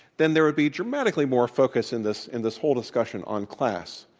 then there would be dramatically more focus in this in this whole discussion on class,